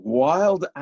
wild